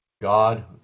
God